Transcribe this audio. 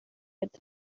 jetzt